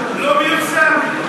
המפתח לא מיושם, לא מיושם.